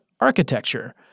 Architecture